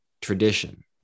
tradition